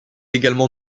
également